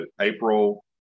April